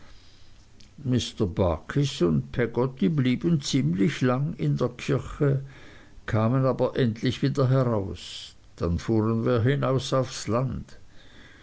und peggotty blieben ziemlich lang in der kirche kamen aber endlich wieder heraus dann fuhren wir hinaus ins land